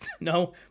no